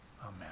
Amen